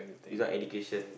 without education